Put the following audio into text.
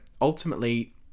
Ultimately